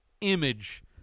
image